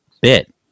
bit